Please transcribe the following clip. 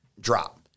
Drop